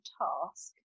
task